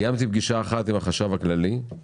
קיימתי פגישה אחת עם החשב הכללי,